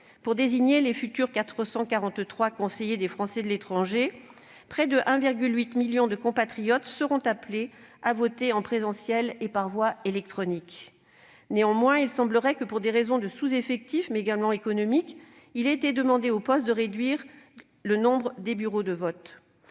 Pour désigner les 443 futurs conseillers des Français de l'étranger, près de 1, million de nos compatriotes seront appelés à voter, en présence ou par voie électronique. Or il semblerait que, pour des raisons de sous-effectifs, mais également d'économies, il ait été demandé aux postes de réduire le nombre de bureaux de vote.